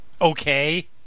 Okay